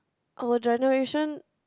our generation